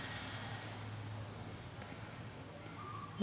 भारतीय शेतीची उपज कमी राहाची कारन का हाय?